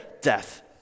Death